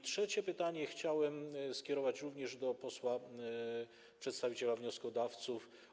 Trzecie pytanie chciałem skierować również do posła przedstawiciela wnioskodawców.